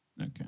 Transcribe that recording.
okay